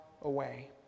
away